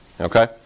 Okay